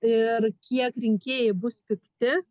ir kiek rinkėjai bus pikti